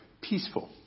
Peaceful